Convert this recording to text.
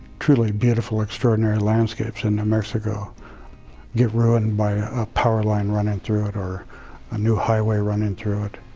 truly beautiful, extraordinary landscapes in new mexico get ruined by a power line running through it, or a new highway running through it.